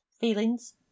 feelings